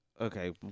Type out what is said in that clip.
Okay